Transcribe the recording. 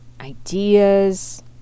ideas